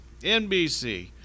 NBC